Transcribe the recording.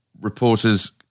reporters